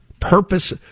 Purpose